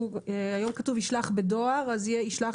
היום כתוב "ישלח בדואר" אז יהיה "ישלח